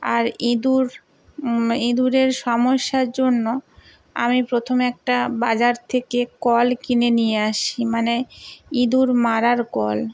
আর ইঁদুর ইঁদুরের সমস্যার জন্য আমি প্রথমে একটা বাজার থেকে কল কিনে নিয়ে আসি মানে ইঁদুর মারার কল